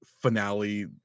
finale